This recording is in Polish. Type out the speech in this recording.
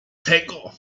tego